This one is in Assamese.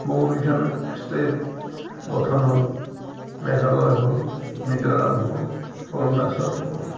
বহুকেইখন ষ্টেট গঠন হ'ল মেঘালয় হ'ল মিজোৰাম হ'ল অৰুণাচল হ'ল